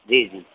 जी जी